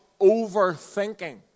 overthinking